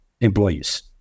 employees